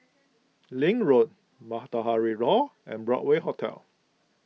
Link Road Matahari Hall and Broadway Hotel